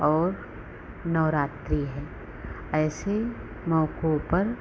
और नवरात्रि है ऐसे मौकों पर